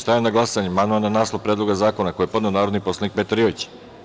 Stavljam na glasanje amandman na naslov Predloga zakona koji je podneo narodni poslanik Petar Jojić.